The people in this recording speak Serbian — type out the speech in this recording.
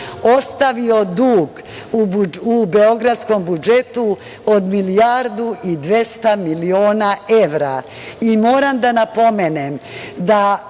ostavio dug u beogradskom budžetu od milijardu i 200 miliona